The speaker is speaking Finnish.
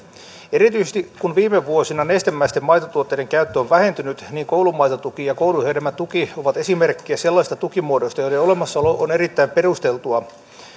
erityisesti kun viime vuosina nestemäisten maitotuotteiden käyttö on vähentynyt koulumaitotuki ja kouluhedelmätuki ovat esimerkkejä sellaisista tukimuodoista joiden olemassaolo on erittäin perusteltua